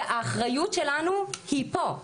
האחריות שלנו היא פה.